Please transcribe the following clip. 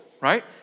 right